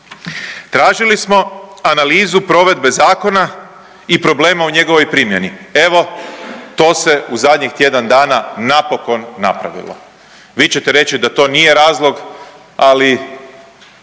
Tražili smo analizu provedbe zakona i problema u njegovoj primjeni, evo to se u zadnjih tjedan dana napokon napravilo. Vi ćete reći da to nije razlog, ali